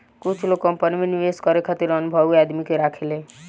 कुछ लोग कंपनी में निवेश करे खातिर अनुभवी आदमी के राखेले